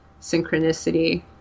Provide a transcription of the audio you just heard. synchronicity